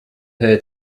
her